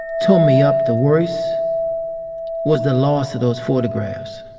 tore me up the worst was the loss of those photographs.